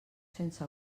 sense